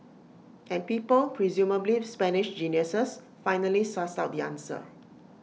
and people presumably Spanish geniuses finally sussed out the answer